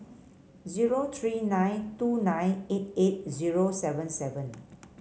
zero three nine two nine eight eight zero seven seven